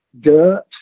dirt